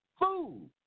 Food